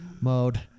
mode